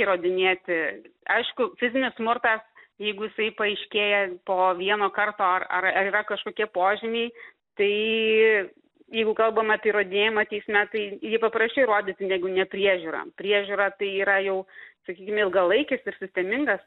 įrodinėti aišku fizinį smurtą jeigu jisai paaiškėja po vieno karto ar ar ar yra kažkokie požymiai tai jeigu kalbam apie įrodinėjimą teisme tai jį paprasčiau įrodyti negu nepriežiūrą priežiūra tai yra jau sakykim ilgalaikis ir sistemingas